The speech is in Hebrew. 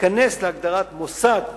ייכנס להגדרת "מוסד"